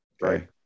Right